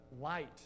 light